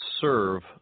serve